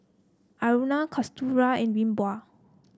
Aruna Kasturba and Vinoba